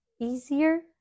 easier